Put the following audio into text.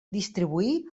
distribuir